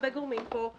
הרבה גורמים פה,